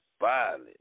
violent